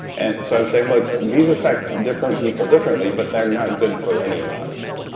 and so i'm saying look, these affect different people differently, but they're not good for any of us.